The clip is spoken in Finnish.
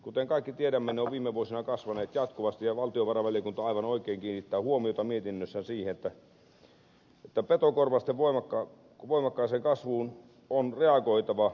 kuten kaikki tiedämme ne ovat viime vuosina kasvaneet jatkuvasti ja valtiovarainvaliokunta aivan oikein kiinnittää huomiota mietinnössään siihen että petokorvausten voimakkaaseen kasvuun on reagoitava